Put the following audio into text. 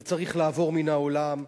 זה צריך לעבור מן העולם.